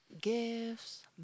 gifts